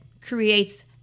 creates